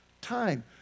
time